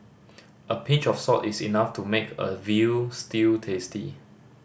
a pinch of salt is enough to make a veal stew tasty